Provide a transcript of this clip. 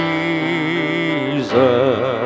Jesus